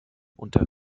unter